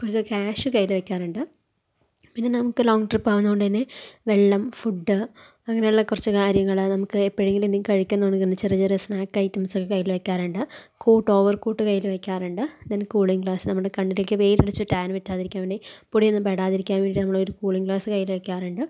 ഇപ്പോൾ ഞാൻ ക്യാഷ് കയ്യിൽ വെക്കാറുണ്ട് പിന്നെ നമുക്ക് ലോങ് ട്രിപ്പാകുന്നതുകൊണ്ടുതന്നെ വെള്ളം ഫുഡ് അങ്ങനെയുള്ള കുറച്ച് കാര്യങ്ങൾ നമുക്ക് എപ്പോഴെങ്കിലും എന്തെങ്കിലും കഴിക്കണമെങ്കിൽ ചെറിയ ചെറിയ സ്നാക്സ് ഐറ്റംസൊക്കെ കയ്യിൽ വെക്കാറുണ്ട് കോട്ട് ഓവർ കോട്ട് കയ്യിൽ വെക്കാറുണ്ട് ദെൻ കൂളിങ് ഗ്ലാസ് നമ്മുടെ കണ്ണിലൊക്കെ വെയിലടിച്ച് ടാൻ പറ്റാതിരിക്കാൻ വേണ്ടി പൊടിയൊന്നും പെടാതിരിക്കാൻ വേണ്ടിയിട്ട് നമ്മളൊരു കൂളിങ് ഗ്ലാസ് കയ്യിൽ വെക്കാറുണ്ട്